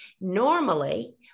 Normally